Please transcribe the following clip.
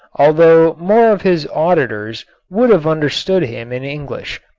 although more of his auditors would have understood him in english.